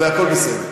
והכול בסדר.